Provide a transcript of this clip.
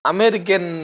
American